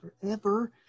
forever